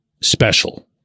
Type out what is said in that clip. special